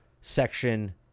section